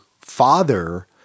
father